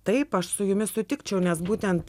taip aš su jumis sutikčiau nes būtent